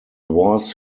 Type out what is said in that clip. was